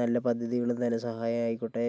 നല്ല പദ്ധതികളും നല്ല സഹായവും ആയിക്കോട്ടെ